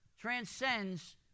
transcends